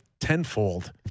tenfold